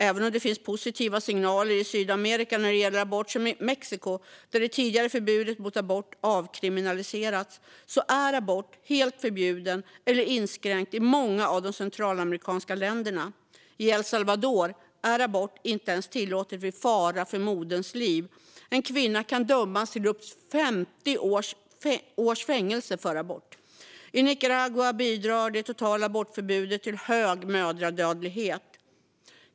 Även om det finns positiva signaler i Sydamerika när det gäller abort - till exempel i Mexiko, där abort tidigare var förbjudet men nu har avkriminaliserats - är abort helt förbjudet eller aborträtten inskränkt i många av de centralamerikanska länderna. I El Salvador är abort inte ens tillåtet vid fara för moderns liv, och en kvinna kan dömas till upp till 50 års fängelse för abort. I Nicaragua bidrar det totala abortförbudet till hög mödradödlighet.